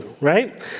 right